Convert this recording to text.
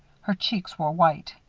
her cheeks were white.